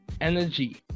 energy